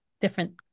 different